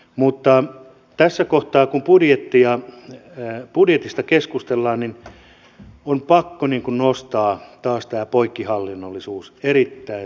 mutta tässä kohtaa kun budjetista keskustellaan niin on pakko nostaa taas tämä poikkihallinnollisuus erittäin suureen keskiöön